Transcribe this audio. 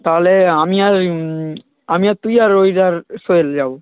তাহলে আমি আর ওই আমি আর তুই আর রোহিত আর সোহেল যাবো